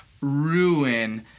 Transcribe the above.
ruin